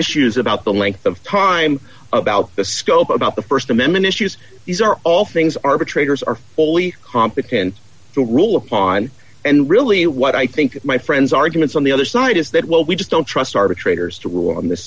issues about the length of time about the scope about the st amendment issues these are all things arbitrators are fully competent the rule upon and really what i think my friends arguments on the other side is that well we just don't trust arbitrators to rule on this